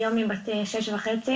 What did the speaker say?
היום היא בת שש וחצי.